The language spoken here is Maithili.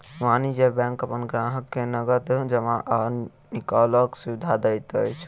वाणिज्य बैंक अपन ग्राहक के नगद जमा आ निकालैक सुविधा दैत अछि